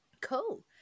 cool